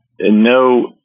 no